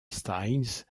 styles